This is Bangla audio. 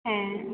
হ্যাঁ